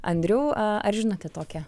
andriau a ar žinote tokią